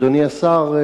אדוני השר,